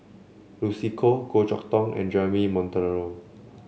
Lucy Koh Goh Chok Tong and Jeremy Monteiro